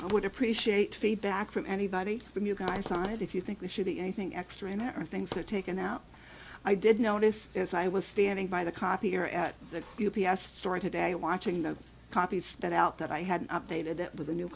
i would appreciate feedback from anybody from you guys on it if you think we should be anything extra in there are things are taken out i did notice as i was standing by the copier at the u p s store today watching those copies spent out that i had updated it with a new